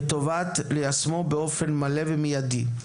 וטובת ליישמו באופן מלא ומיידי".